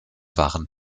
waren